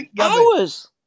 hours